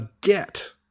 get